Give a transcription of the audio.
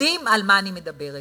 יודעים על מה אני מדברת: